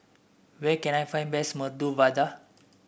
where can I find best Medu Vada